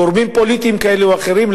גורמים פוליטיים כאלה ואחרים,